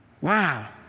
Wow